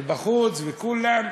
ובחוץ וכולם,